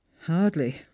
Hardly